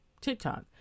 TikTok